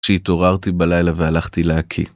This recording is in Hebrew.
שהתעוררתי בלילה והלכתי להקיא.